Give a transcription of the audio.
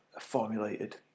formulated